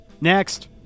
Next